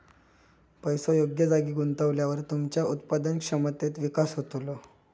पैसो योग्य जागी गुंतवल्यावर तुमच्या उत्पादन क्षमतेत विकास होतलो